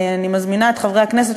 אני מזמינה את חברי הכנסת,